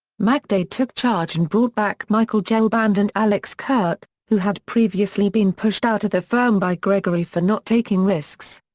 mcdade took charge and brought back michael gelband and alex kirk, who had previously been pushed out of the firm by gregory for not taking risks.